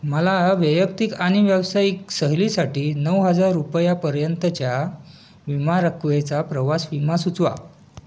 मला वैयक्तिक आणि व्यावसायिक सहलीसाठी नऊ हजार रुपयापर्यंतच्या विमा रकमेचा प्रवास विमा सुचवा